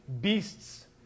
beasts